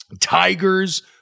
Tigers